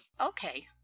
Okay